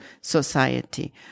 society